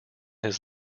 his